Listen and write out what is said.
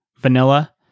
vanilla